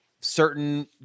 certain